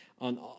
on